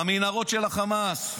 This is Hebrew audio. במנהרות של החמאס.